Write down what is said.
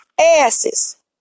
asses